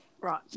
Right